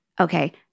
Okay